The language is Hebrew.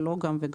זה לא גם וגם.